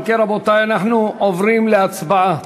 אם כן, רבותי, אנחנו עוברים להצבעה.